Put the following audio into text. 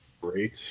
Great